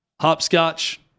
hopscotch